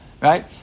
Right